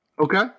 Okay